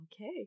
okay